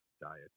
diet